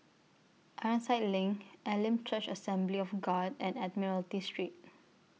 Ironside LINK Elim Church Assembly of God and Admiralty Street